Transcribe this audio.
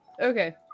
Okay